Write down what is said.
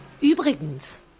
Übrigens